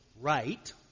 right